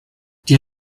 die